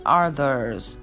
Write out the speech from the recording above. others